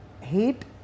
hate